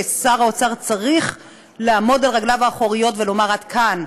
ששר האוצר צריך לעמוד על רגליו האחוריות ולומר: עד כאן: